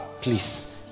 Please